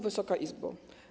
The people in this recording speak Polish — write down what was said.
Wysoka Izbo!